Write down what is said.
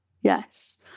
Yes